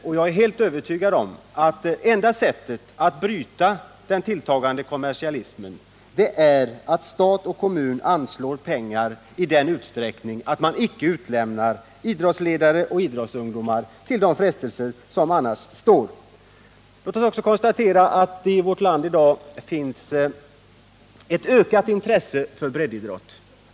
Och jag är övertygad om att enda sättet att bryta den tilltagande kommersialismen är att stat och kommun anslår pengar i en sådan utsträckning att man icke utlämnar idrottsledare och idrottsungdomar till de frestelser som annars ligger på lur. Låt mig också konstatera att det i vårt land i dag finns ett ökat intresse för breddidrott.